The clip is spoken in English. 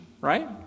right